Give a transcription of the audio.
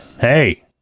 Hey